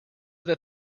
that